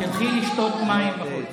תלכי לשתות מים בחוץ.